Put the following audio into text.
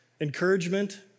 encouragement